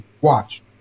watch